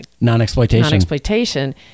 non-exploitation